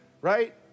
right